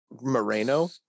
Moreno